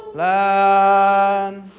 land